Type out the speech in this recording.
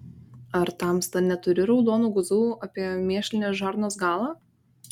ar tamsta neturi raudonų guzų apie mėšlinės žarnos galą